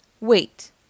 Wait